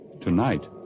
Tonight